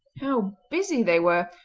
how busy they were!